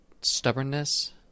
stubbornness